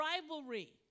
rivalry